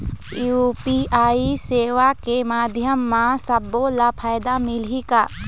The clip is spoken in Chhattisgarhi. यू.पी.आई सेवा के माध्यम म सब्बो ला फायदा मिलही का?